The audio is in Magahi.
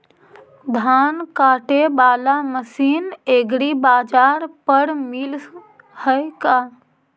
धान काटे बाला मशीन एग्रीबाजार पर मिल है का?